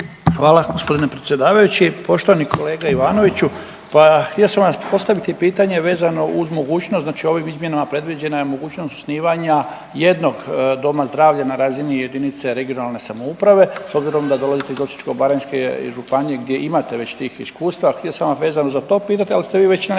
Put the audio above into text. Hvala gospodine predsjedavajući. Poštovani kolega Ivanoviću, pa htio sam vam postaviti pitanje vezano uz mogućnost, znači ovim izmjenama predviđena je mogućnost osnivanja jednog doma zdravlja na razini jedinice regionalne samouprave s obzirom da dolazite iz Osječko-baranjske županije, gdje imate već tih iskustava. Htio sam vas vezano za to pitati, ali ste vi već na neki način